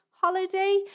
holiday